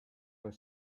were